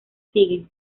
siguen